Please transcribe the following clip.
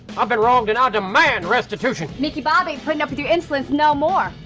i've been wronged and i demand restitution. mickey bob ain't putting up with you insolence no more.